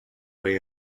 vint